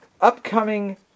upcoming